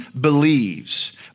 believes